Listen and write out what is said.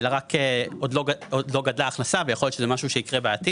אלא עוד לא גדלה ההכנסה ויכול להיות שזה משהו שיקרה בעתיד,